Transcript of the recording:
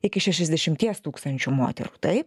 iki šešiasdešimties tūkstančių moterų taip